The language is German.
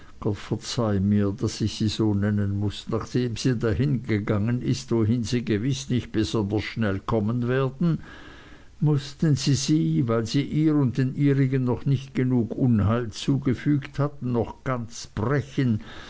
verzeih mir daß ich sie so nennen muß nachdem sie dahingegangen ist wohin sie gewiß nicht besonders schnell kommen werden mußten sie sie weil sie ihr und den ihrigen noch nicht genug unheil zugefügt hatten noch ganz brechen